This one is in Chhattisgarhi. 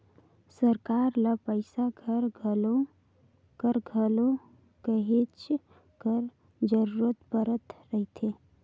सरकार ल पइसा कर घलो कहेच कर जरूरत परत रहथे